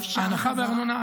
אבל ההנחה בארנונה,